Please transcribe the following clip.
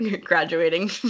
graduating